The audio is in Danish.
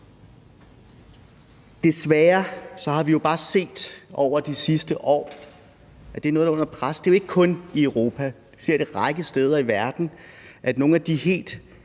Desværre har vi jo bare set over de sidste år, at det er noget, der er under pres, og det er jo ikke kun i Europa. Vi ser en række steder i verden, at nogle af de helt